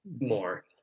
more